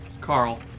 Carl